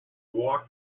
walk